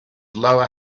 lower